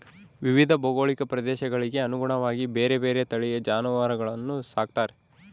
ವಿವಿಧ ಭೌಗೋಳಿಕ ಪ್ರದೇಶಗಳಿಗೆ ಅನುಗುಣವಾಗಿ ಬೇರೆ ಬೇರೆ ತಳಿಯ ಜಾನುವಾರುಗಳನ್ನು ಸಾಕ್ತಾರೆ